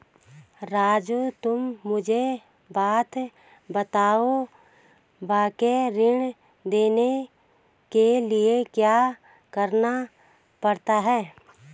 राजू तुम मुझे बता पाओगे बकाया ऋण देखने के लिए क्या करना पड़ता है?